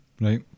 right